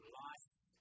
life